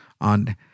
on